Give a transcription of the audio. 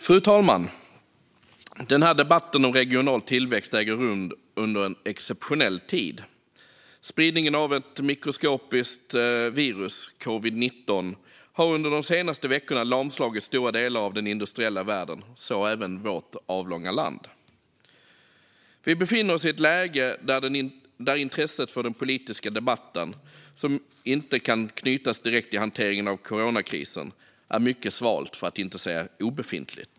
Fru talman! Den här debatten om regional tillväxt äger rum under en exceptionell tid. Spridningen av ett mikroskopiskt virus, som orsakar sjukdomen covid-19, har under de senaste veckorna lamslagit stora delar av den industriella världen och så även vårt avlånga land. Vi befinner oss i ett läge där intresset för den politiska debatt som inte direkt kan knytas till hanteringen av coronakrisen är mycket svalt, för att inte säga obefintligt.